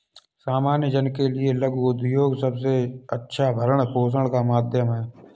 सामान्य जन के लिये लघु उद्योग सबसे अच्छा भरण पोषण का माध्यम है